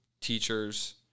teachers